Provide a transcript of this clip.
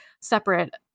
separate